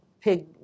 pig